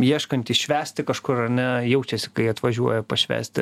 ieškantys švęsti kažkur ar ne jaučiasi kai atvažiuoja pašvęsti